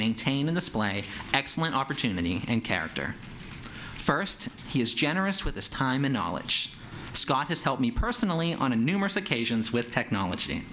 maintain in this play excellent opportunity and character first he is generous with this time and knowledge scott has helped me personally on a numerous occasions with technology